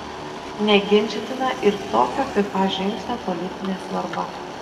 neginčytina ir tokio fifa žingsnio politinė svarba